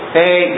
hey